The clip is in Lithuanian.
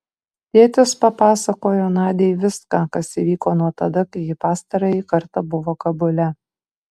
tėtis papasakojo nadiai viską kas įvyko nuo tada kai ji pastarąjį kartą buvo kabule